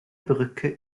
brücke